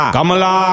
Kamala